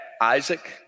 Isaac